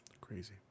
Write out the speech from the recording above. Crazy